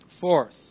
Fourth